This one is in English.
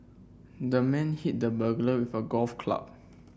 the man hit the burglar with a golf club